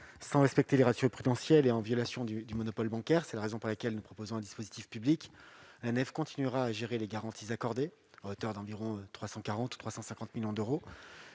sans respecter les ratios prudentiels et en violation du monopole bancaire. C'est pourquoi nous proposons un dispositif public. L'Anefe continuera à gérer les garanties accordées, à hauteur de 340 ou 350 millions d'euros